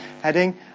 heading